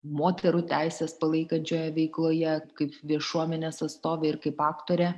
moterų teises palaikančioje veikloje kaip viešuomenės atstovė ir kaip aktorė